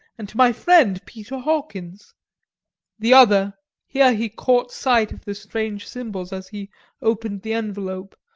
and to my friend peter hawkins the other here he caught sight of the strange symbols as he opened the envelope,